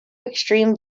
extreme